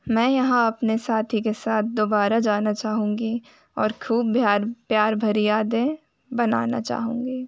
मैं यहाँ अपने साथी के साथ दोबारा जाना चाहूँगी और ख़ूब प्यार भरी यादें बनाना चाहूँगी